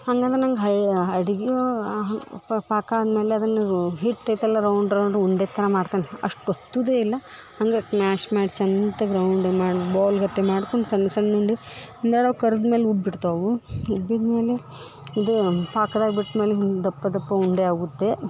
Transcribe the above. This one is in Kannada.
ಹಂಗಂದ್ರೆ ನಂಗೆ ಹಳೆ ಅಡ್ಗಿ ಒಳಗೆ ಪಾಕ ಅಂದ್ಮೇಲೆ ಅದನ್ನ ಹಿಟ್ಟು ಐತಲ್ಲ ರೌಂಡ್ ರೌಂಡ್ ಉಂಡೆ ಥರ ಮಾಡ್ತೀನಿ ಅಷ್ಟು ಒತ್ತುದೆ ಇಲ್ಲ ಹಂಗೆ ಸ್ಮ್ಯಾಷ್ ಮಾಡಿ ಚಂತಗೆ ರೌಂಡ್ಗ ಮಾಡಿ ಬಾಲ್ಗತ್ ಮಾಡ್ಕೊಂಡು ಸಣ್ಣ ಸಣ್ಣ ಉಂಡೆ ಉಂಡಿಯೆಲ್ಲ ಕರ್ದ ಮೇಲೆ ಉಬ್ಬಿ ಬಿಡ್ತಾವು ಉಬ್ಬಿದ ಮೇಲೆ ಇದ ಪಾಕದಾಗ ಬಿಟ್ಟ ಮೇಲೆ ಹಿಂಗೆ ದಪ್ಪ ದಪ್ಪ ಉಂಡೆ ಆಗುತ್ತೆ